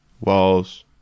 walls